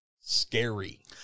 scary